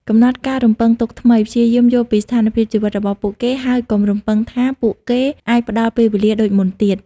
កំណត់ការរំពឹងទុកថ្មី ព្យាយាមយល់ពីស្ថានភាពជីវិតរបស់ពួកគេ ហើយកុំរំពឹងថាពួកគេអាចផ្តល់ពេលវេលាដូចមុនទៀត។